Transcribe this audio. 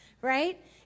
Right